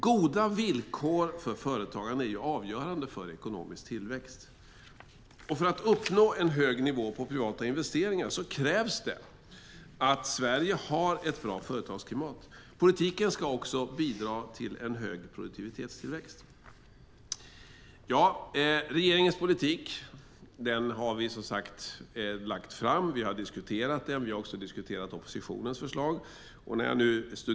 Goda villkor för företagande är avgörande för ekonomisk tillväxt. För att uppnå en hög nivå på privata investeringar krävs det att Sverige har ett bra företagsklimat. Politiken ska också bidra till en hög produktivitetstillväxt. Regeringens politik har vi som sagt lagt fram och diskuterat. Vi har också diskuterat oppositionens förslag.